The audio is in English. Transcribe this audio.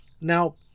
Now